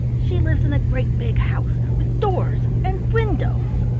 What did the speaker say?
she lives in a great big house with doors and windows.